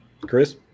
Chris